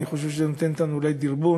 אני חושב שזה נותן לנו אולי דרבון